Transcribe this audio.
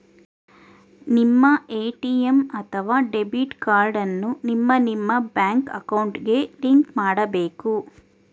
ನಿಮ್ಮ ಎ.ಟಿ.ಎಂ ಅಥವಾ debit card ಅನ್ನ ನಿಮ್ಮ ನಿಮ್ಮ ಬ್ಯಾಂಕ್ ಅಕೌಂಟ್ಗೆ ಲಿಂಕ್ ಮಾಡಬೇಕು